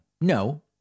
No